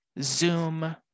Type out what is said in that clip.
Zoom